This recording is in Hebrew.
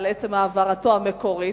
על עצם העברתו המקורית,